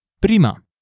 Prima